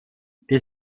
die